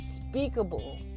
unspeakable